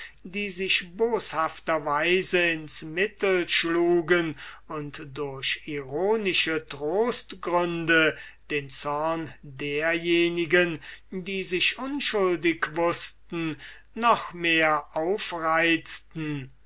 die sich boshafter weise ins mittel schlugen und durch ironische trostgründe den zorn derjenigen die sich unschuldig wußten noch mehr aufreizten